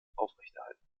aufrechterhalten